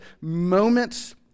moments